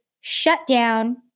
shutdown